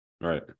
Right